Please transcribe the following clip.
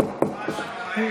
רעש נוראי.